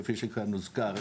כפי שכאן הוזכר,